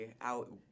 out